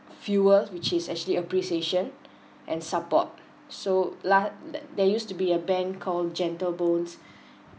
fewer which is actually appreciation and support so la~ tha~ there used to be a band called gentle bones